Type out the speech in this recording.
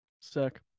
Sick